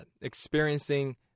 experiencing